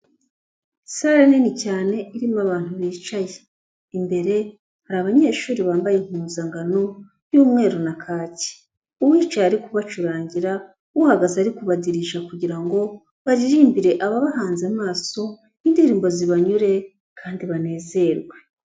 Sale nini cyane irimo abantu bicaye, imbere hari abanyeshuri bambaye impuzangano y'umweru na kaki, uwicaye ari kubacurangira, uhagaze ari kubadirija kugira ngo baririmbire ababahanze amaso indirimbo zibanyure kandi banezerwe.